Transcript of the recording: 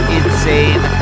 insane